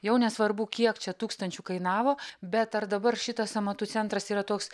jau nesvarbu kiek čia tūkstančių kainavo bet ar dabar šitas amatų centras yra toks